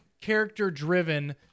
character-driven